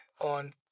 on